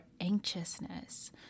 anxiousness